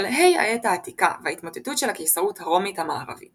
שלהי העת העתיקה והתמוטטותה של הקיסרות הרומית המערבית